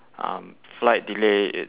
um flight delay it